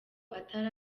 atari